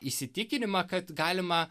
įsitikinimą kad galima